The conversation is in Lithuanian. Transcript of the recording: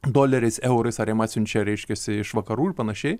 doleriais eurais ar jam atsiunčia reiškiasi iš vakarų ir panašiai